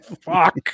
fuck